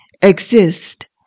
exist